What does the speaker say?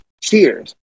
cheers